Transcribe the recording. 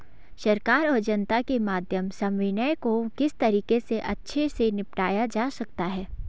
सरकार और जनता के मध्य समन्वय को किस तरीके से अच्छे से निपटाया जा सकता है?